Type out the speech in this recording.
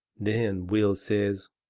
then will says